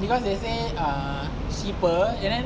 because they say err cheaper and then